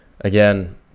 again